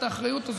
את האחריות הזאת,